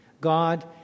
God